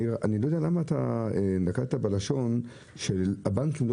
אני לא יודע למה נקטת בלשון של הבנקים לא